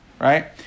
right